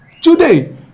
Today